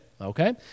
okay